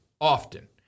often